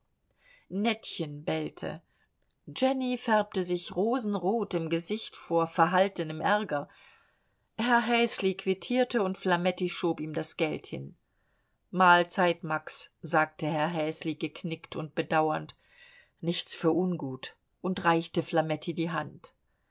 nettchen bellte jenny färbte sich rosenrot im gesicht vor verhaltenem ärger herr häsli quittierte und flametti schob ihm das geld hin mahlzeit max sagte herr häsli geknickt und bedauernd nichts für ungut und reichte flametti die hand